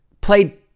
played